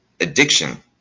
addiction